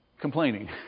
complaining